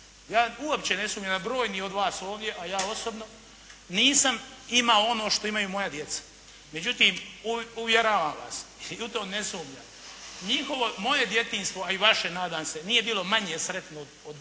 ja uopće ne sumnjam na broj ni od vas ovdje, a ja osobno nisam imao ono što imaju moja djeca. Međutim, uvjeravam vas, i u to ne sumnjam, njihovo, moje djetinjstvo, a i vaše nadam se nije bilo manje sretno od